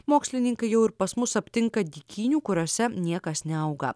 mokslininkai jau ir pas mus aptinka dykynių kuriose niekas neauga